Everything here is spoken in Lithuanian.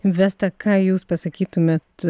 vesta ką jūs pasakytumėt